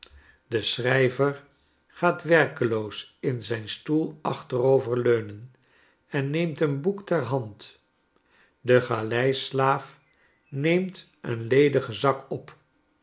de schrijver gaat werkeloos in zijn stoel achteroverleunen en neemt een boek ter hand de galeislaaf neemt een ledigen zak op